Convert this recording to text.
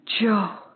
Joe